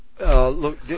Look